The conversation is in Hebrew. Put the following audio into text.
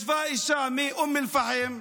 ישבה אישה מאום אל-פחם,